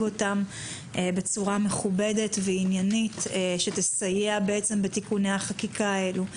אותם בצורה מכובדת ועניינית שתסייע בתיקוני החקיקה האלו.